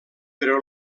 però